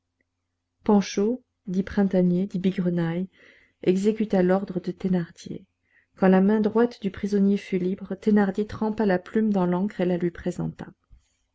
panchaud dit printanier dit bigrenaille exécuta l'ordre de thénardier quand la main droite du prisonnier fut libre thénardier trempa la plume dans l'encre et la lui présenta